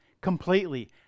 completely